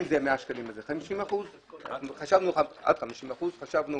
אם זה 100 שקלים אז זה עד 50%. חשבנו